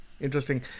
interesting